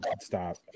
stop